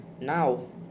Now